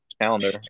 calendar